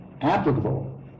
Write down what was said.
applicable